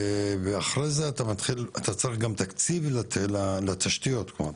לאחר מכן, אתה צריך גם תקציב לתשתיות פה.